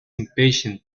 impatient